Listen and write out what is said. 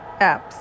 apps